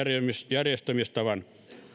järjestämistavan